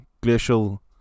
glacial